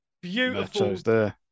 beautiful